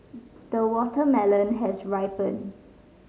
the watermelon has ripened